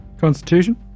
Constitution